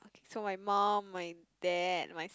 so my mum my dad my